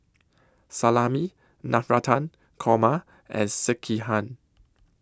Salami Navratan Korma and Sekihan